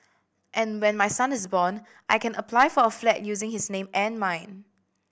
and when my son is born I can apply for a flat using his name and mine